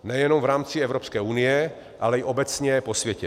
Nejenom v rámci Evropské unie, ale i obecně po světě.